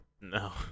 No